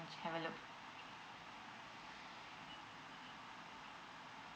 have a look